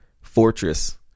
fortress